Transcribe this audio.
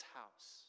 house